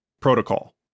Protocol